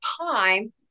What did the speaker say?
time